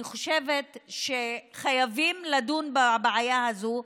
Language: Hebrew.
אני חושבת שחייבים לדון בבעיה הזאת.